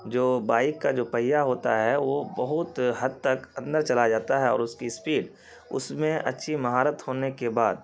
جو بائک کا جو پہیا ہوتا ہے وہ بہت حد تک اندر چلا جاتا ہے اور اس کی اسپیڈ اس میں اچھی مہارت ہونے کے بعد